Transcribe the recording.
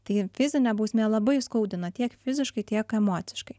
tai fizinė bausmė labai skaudina tiek fiziškai tiek emociškai